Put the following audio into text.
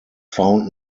found